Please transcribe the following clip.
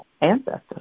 ancestors